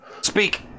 Speak